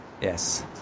yes